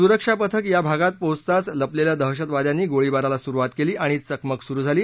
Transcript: सुरक्षा पथक या भागात पोचताच लपलेल्या दहशतवाद्यांनी गोळीबाराला सुरुवात केली आणि चकमक सुरु झाली